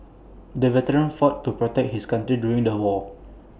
the veteran fought to protect his country during the war